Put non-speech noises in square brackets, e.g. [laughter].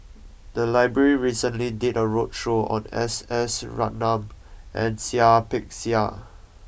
the library recently did a roadshow on S S [noise] Ratnam and Seah Peck Seah